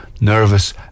nervous